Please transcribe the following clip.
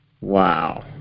Wow